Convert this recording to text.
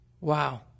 Wow